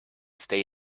stay